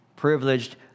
privileged